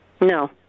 No